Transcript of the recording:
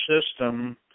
system